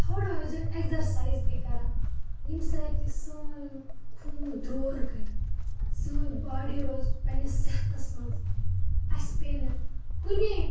تھوڑا ٲسۍزیو اٮ۪کزَرسایِز تہِ کران ییٚمہِ سۭتۍ یہِ سٲنۍ خوٗن درور کَرِ سٲنۍ باڈی روزِ پَنٛنِس صحتَس منٛز اَسہِ پے نہٕ کُنے